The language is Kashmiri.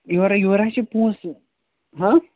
یورٕ یورٕ ہا چھِ پۅنٛسہٕ ہاں